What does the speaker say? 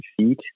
feet